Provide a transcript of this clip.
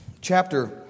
chapter